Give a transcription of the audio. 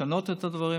לשנות את הדברים.